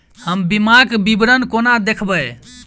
हम बीमाक विवरण कोना देखबै?